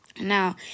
Now